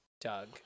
Doug